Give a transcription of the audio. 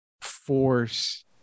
force